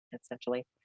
essentially